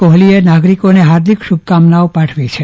કોહલીએ નાગરિકોને હાર્દિક શુભકામનાઓ પાઠવી છે